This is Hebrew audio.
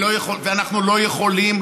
ואנחנו לא יכולים,